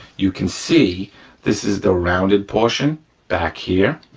you can see this is the rounded portion back here,